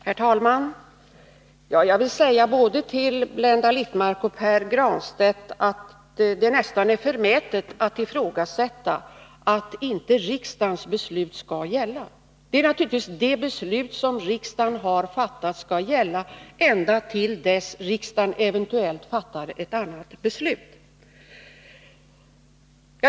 Herr talman! Till både Blenda Littmarck och Pär Granstedt vill jag säga att det nästan är förmätet att ta upp en diskussion om giltigheten av riksdagens beslut. Naturligtvis skall det beslut som riksdagen har fattat gälla ända till dess att riksdagen eventuellt fattar ett annat beslut.